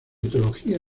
teología